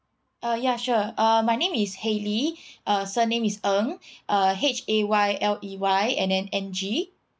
uh ya sure uh my name is hayley uh surname is ng uh H A Y L E Y and then N G